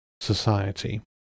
society